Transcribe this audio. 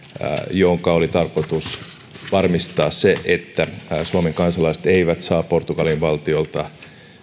jonka oli tarkoitus varmistaa se että suomen kansalaiset eivät saa portugalin valtiolta